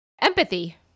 Empathy